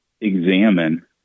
examine